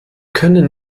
können